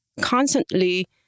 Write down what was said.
constantly